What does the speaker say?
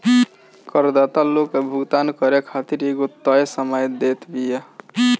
करदाता लोग के भुगतान करे खातिर एगो तय समय देत बिया